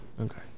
Okay